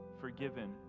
forgiven